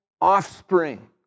offspring